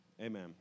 amen